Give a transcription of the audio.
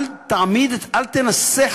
אל תנסה,